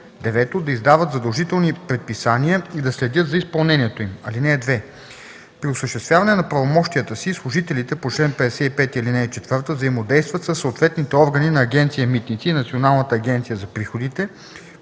9. да издават задължителни предписания и да следят за изпълнението им. (2) При осъществяване на правомощията си служителите по чл. 55, ал. 4 взаимодействат със съответните органи на Агенция „Митници” и Националната агенция за приходите